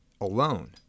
alone